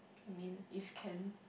I mean if can